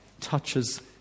touches